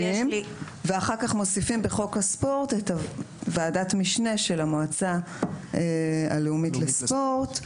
ואחר כך מוסיפים בחוק הספורט את ועדת המשנה של המועצה הלאומית לספורט.